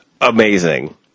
amazing